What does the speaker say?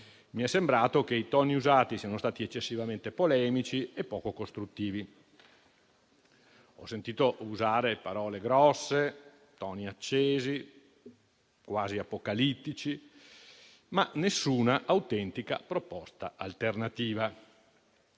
Mi è sembrato che i toni usati siano stati eccessivamente polemici e poco costruttivi. Ho sentito usare parole grosse e toni accesi, quasi apocalittici, ma nessuna autentica proposta alternativa.